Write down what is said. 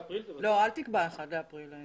לא, אל תקבע 1 באפריל.